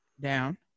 down